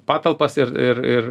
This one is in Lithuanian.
patalpas ir ir ir